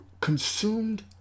consumed